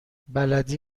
بلدی